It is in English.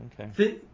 okay